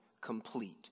complete